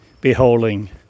beholding